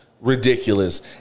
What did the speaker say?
ridiculous